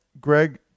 Greg